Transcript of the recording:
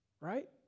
right